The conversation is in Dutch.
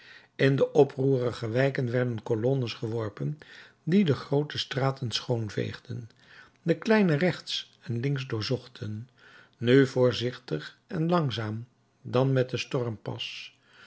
in de oproerige wijken werden colonnes geworpen die de groote straten schoonveegden de kleine rechts en links doorzochten nu voorzichtig en langzaam dan met den stormpas